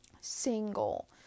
Single